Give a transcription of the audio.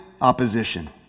opposition